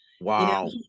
Wow